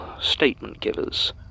statement-givers